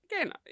again